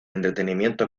entretenimiento